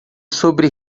sobre